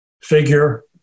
figure